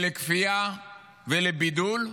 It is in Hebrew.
לכפיה ולבידול,